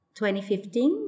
2015